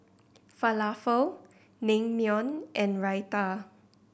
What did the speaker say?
Falafel Naengmyeon and Raita